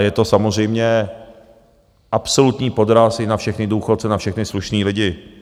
Je to samozřejmě absolutní podraz i na všechny důchodce, na všechny slušné lidi.